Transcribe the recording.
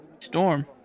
Storm